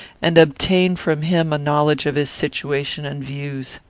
and obtain from him a knowledge of his situation and views.